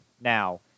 now